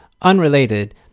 unrelated